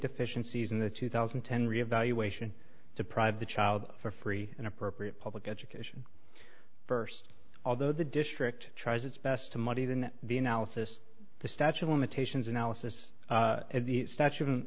deficiencies in the two thousand and ten reevaluation deprive the child for free and appropriate public education first although the district tries its best to muddy than the analysis the statue of limitations analysis at the statute of